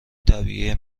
طبیعی